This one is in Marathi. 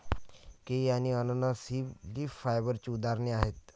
केळी आणि अननस ही लीफ फायबरची उदाहरणे आहेत